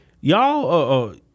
y'all